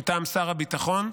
מטעם שר הביטחון.